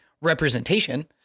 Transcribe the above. representation